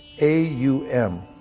A-U-M